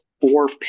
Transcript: four